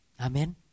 Amen